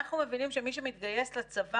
אנחנו מבינים שמי שמתגייס לצבא,